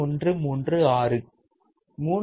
136 3